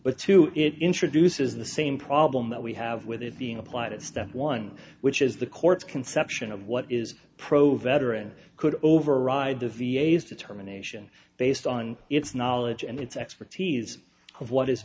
but two it introduces the same problem that we have with it being applied at step one which is the court's conception of what is pro veteran could override the v a s determination based on its knowledge and its expertise of what is